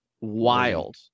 wild